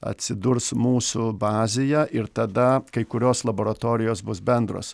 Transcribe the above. atsidurs mūsų bazėje ir tada kai kurios laboratorijos bus bendros